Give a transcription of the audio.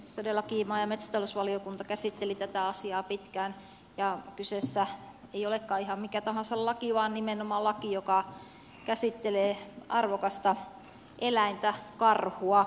todellakin maa ja metsätalousvaliokunta käsitteli tätä asiaa pitkään ja kyseessä ei olekaan ihan mikä tahansa laki vaan nimenomaan laki joka käsittelee arvokasta monella tapaa arvokasta eläintä karhua